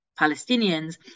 Palestinians